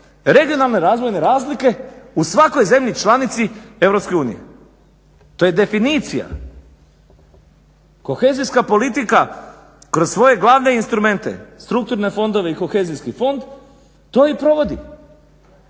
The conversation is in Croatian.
regionalne razvojne razlike u svakoj zemlji članici EU. To je definicija, kohezijska politika kroz svoje glavne instrumente, strukturne fondove i kohezijski fond to i provodi.